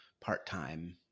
part-time